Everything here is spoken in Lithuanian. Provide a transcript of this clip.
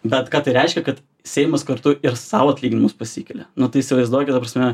bet ką tai reiškia kad seimas kartu ir sau atlyginimus pasikelia nuo tai įsivaizduokit ta prasme